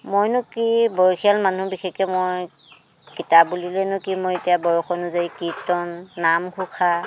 মইনো কি বয়সীয়াল মানুহ বিশেষকৈ মই কিতাপ বুলিলেনো কি মই এতিয়া বয়স অনুযায়ী কীৰ্ত্তন নামঘোষা